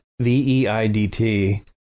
V-E-I-D-T